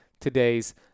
today's